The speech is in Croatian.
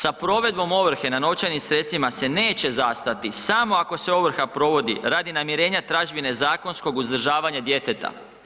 Sa provedbom ovrhe na novčanim sredstvima se neće zastati samo ako se ovrha provodi radi namirenja tražbine zakonskog uzdržavanja djeteta.